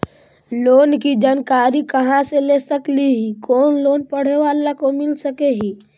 Loan की जानकारी कहा से ले सकली ही, कोन लोन पढ़े बाला को मिल सके ही?